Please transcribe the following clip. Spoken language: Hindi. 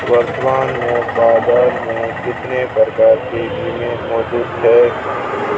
वर्तमान में बाज़ार में कितने प्रकार के बीमा मौजूद हैं?